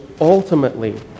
ultimately